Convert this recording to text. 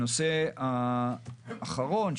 הנושא האחרון,